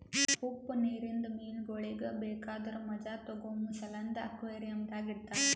ಉಪ್ಪು ನೀರಿಂದ ಮೀನಗೊಳಿಗ್ ಬೇಕಾದುರ್ ಮಜಾ ತೋಗೋಮ ಸಲೆಂದ್ ಅಕ್ವೇರಿಯಂದಾಗ್ ಇಡತಾರ್